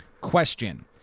question